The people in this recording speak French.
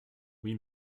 oui